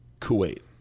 Kuwait